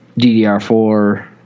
DDR4